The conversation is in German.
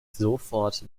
sofort